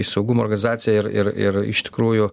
į saugumo organizaciją ir ir ir iš tikrųjų